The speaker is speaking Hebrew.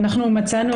אנחנו מצאנו,